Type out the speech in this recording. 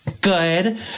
Good